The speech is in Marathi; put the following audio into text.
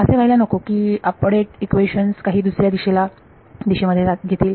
असे व्हायला नको की अपडेट इक्वेशन्स काही दुसऱ्या दिशा मध्ये घेतील